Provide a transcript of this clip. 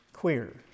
Queer